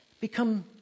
become